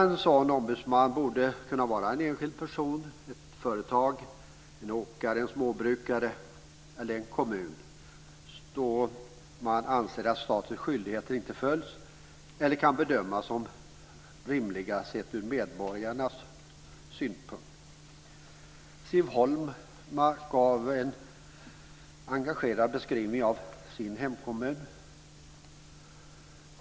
En sådan ombudsman bör kunna engageras av en enskild person, ett företag, en åkare, en småbrukare eller en kommun som anser att statens skyldigheter inte följs eller kan bedömas som rimliga sett ur medborgarnas synpunkt. Siv Holma gav en engagerad beskrivning av sin hemkommun.